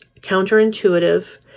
counterintuitive